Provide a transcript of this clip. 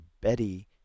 Betty